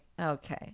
Okay